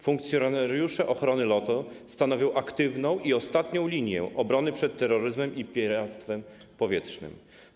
Funkcjonariusze ochrony lotu stanowią aktywną i ostatnią linię obrony przed terroryzmem i piractwem powietrznym.